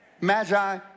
magi